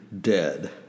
dead